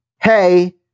Hey